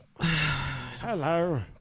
Hello